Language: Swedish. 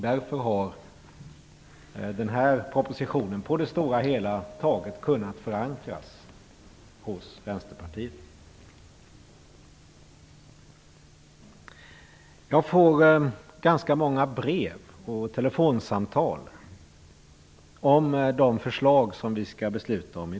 Därför har den här propositionen i det stora hela taget kunnat förankras hos Vänsterpartiet. Jag får ganska många brev och telefonsamtal om de förslag som vi i dag skall besluta om.